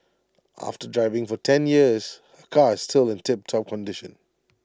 after driving for ten years her car is still in tiptop condition